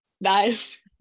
Nice